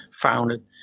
founded